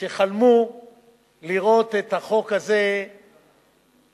שחלמו לראות את החוק הזה עובר,